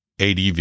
ADV